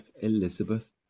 Elizabeth